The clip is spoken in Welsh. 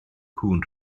cŵn